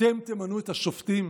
אתם תמנו את השופטים,